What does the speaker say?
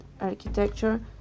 architecture